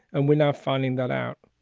and we're not finding that out